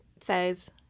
says